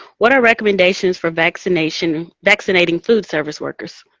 what are recommendations for vaccination, vaccinating food service workers?